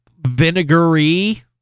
vinegary